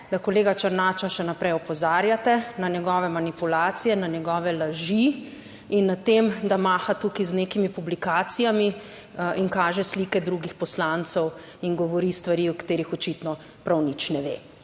da kolega Černača še naprej opozarjate na njegove manipulacije, na njegove laži, in na tem, da maha tukaj z nekimi publikacijami in kaže slike drugih poslancev in govori stvari o katerih očitno prav nič ne ve.